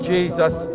Jesus